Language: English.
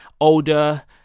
older